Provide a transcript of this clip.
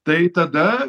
tai tada